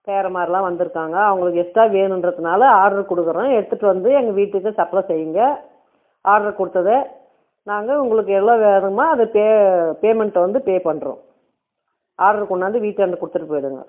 பேரன்மார்லாம் வந்திருக்காங்க அவங்களுக்கு எக்ஸ்ட்ராக வேணுன்றதுனால் ஆட்ரு கொடுக்கறோம் எடுத்துட்டு வந்து எங்கள் வீட்டுக்கு சப்ளை செய்யுங்க ஆட்ரு கொடுத்தத நாங்கள் உங்களுக்கு எவ்வளோ வேணுமோ அதை பே பேமெண்ட் வந்து பே பண்றோம் ஆட்ரு கொண்டாந்து வீட்டாண்ட கொடுத்துட்டு போயிடுங்க